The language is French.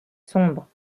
sombre